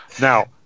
Now